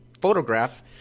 photograph